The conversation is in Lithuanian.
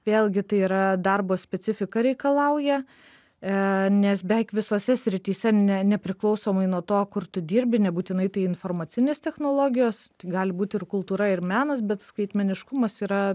vėlgi tai yra darbo specifika reikalauja ė nes beveik visose srityse ne nepriklausomai nuo to kur tu dirbi nebūtinai tai informacinės technologijos gali būti ir kultūra ir menas bet skaitmeniškumas yra